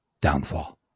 downfall